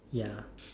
ya